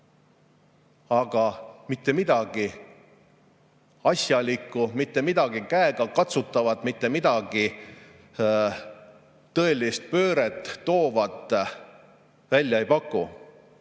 aga mitte midagi asjalikku, mitte midagi käegakatsutavat, mitte midagi tõelist pööret toovat välja ei paku.